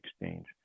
exchange